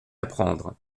apprendre